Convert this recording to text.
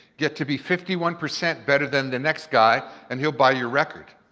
get to be fifty one percent better than the next guy, and he'll buy your record.